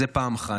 זה, פעם אחת.